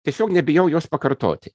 tiesiog nebijau jos pakartoti